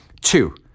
Two